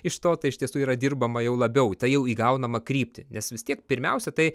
iš to ką iš tiesų yra dirbama jau labiau tai jau įgaunama kryptį nes vis tiek pirmiausia tai